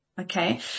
Okay